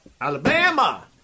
Alabama